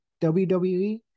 WWE